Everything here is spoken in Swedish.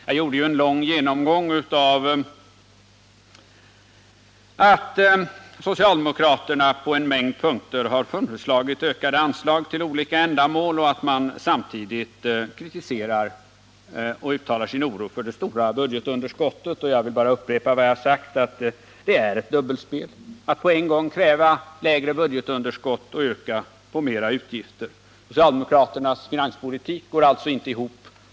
Jag gjorde ju en lång genomgång av att socialdemokraterna på en mängd punkter har föreslagit ökade anslag till olika ändamål och att de samtidigt kritiserar och uttalar sin oro för det stora budgetunderskottet. Jag vill bara upprepa vad jag tidigare sagt: Det är ett dubbelspel att på en gång kräva lägre budgetunderskott och yrka på mer utgifter. Socialdemokraternas finanspolitik går alltså inte ihop.